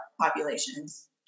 populations